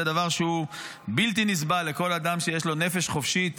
זה דבר שהוא בלתי נסבל לכל אדם שיש לו נפש חופשית,